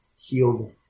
healed